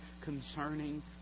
concerning